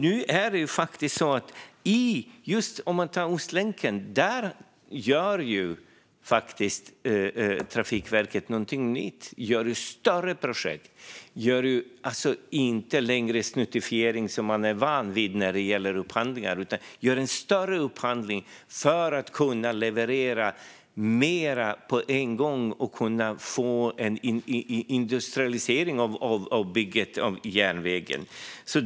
När det gäller Ostlänken gör Trafikverket där någonting nytt. Det är ett större projekt. Man snuttifierar inte längre som man är van vid när det gäller upphandlingar. Man gör en större upphandling för att kunna leverera mer på en gång och kunna få en industrialisering av bygget av järnvägen.